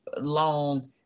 long